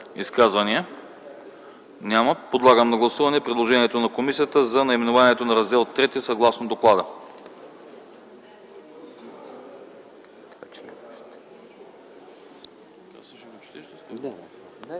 Няма. Подлагам на гласуване предложението на комисията за наименованието на Раздел III съгласно доклада.